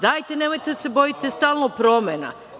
Dajte, nemojte da se bojite stalno promena.